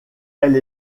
elle